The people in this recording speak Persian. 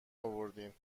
آوردین